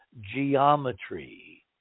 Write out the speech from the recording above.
geometry